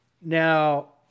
Now